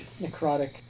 Necrotic